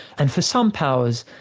and for some powers,